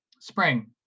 Spring